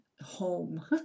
home